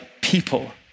people